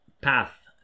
path